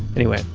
anyway,